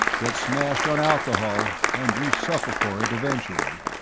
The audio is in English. get smashed on alcohol and you suffer for it eventually.